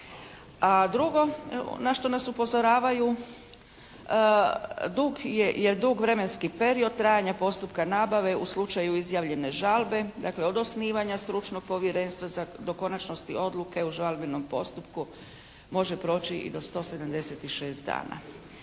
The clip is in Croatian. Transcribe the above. drugo na što nas upozoravaju, dug, je dug vremenski period trajanja postupka nabave u slučaju izjavljene žalbe. Dakle od osnivanja stručnog povjerenstva za, do konačnosti odluke u žalbenom postupku može proći i do 176 dana.